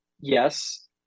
yes